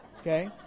Okay